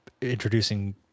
introducing